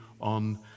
on